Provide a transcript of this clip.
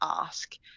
ask